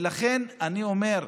לכן, אני אומר,